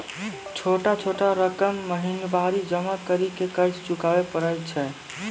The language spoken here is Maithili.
छोटा छोटा रकम महीनवारी जमा करि के कर्जा चुकाबै परए छियै?